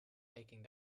taking